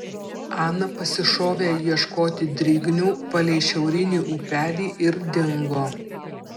ana pasišovė ieškoti drignių palei šiaurinį upelį ir dingo